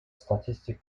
statistics